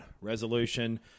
resolution